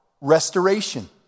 restoration